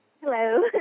Hello